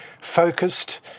focused